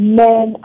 men